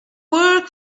work